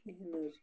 کِہیٖنۍ نہٕ حظ